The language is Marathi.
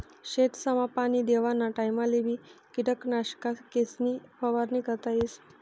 शेतसमा पाणी देवाना टाइमलेबी किटकनाशकेसनी फवारणी करता येस